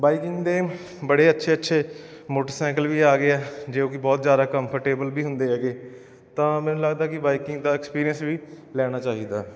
biking ਦੇ ਬੜੇ ਅੱਛੇ ਅੱਛੇ ਮੋਟਰਸਾਈਕਲ ਵੀ ਆ ਗਏ ਆ ਜੇ ਕੋਈ ਬਹੁਤ ਜ਼ਿਆਦਾ ਕੰਫਰਟੇਬਲ ਵੀ ਹੁੰਦੇ ਹੈਗੇ ਤਾਂ ਮੈਨੂੰ ਲੱਗਦਾ ਕਿ ਬਾਈਕਿੰਗ ਦਾ ਐਕਸਪੀਰੀਅੰਸ ਵੀ ਲੈਣਾ ਚਾਹੀਦਾ